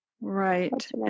Right